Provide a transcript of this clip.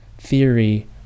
Theory